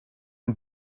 een